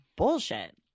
bullshit